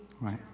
Right